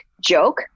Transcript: joke